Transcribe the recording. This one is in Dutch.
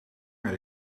hij